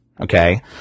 Okay